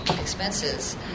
expenses